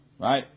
Right